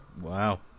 Wow